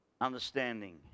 understanding